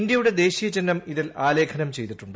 ഇന്ത്യയുടെ ദേശീയ ചിഹ്നം ഇതിൽ ആലേഖനം ചെയ്തിട്ടുണ്ട്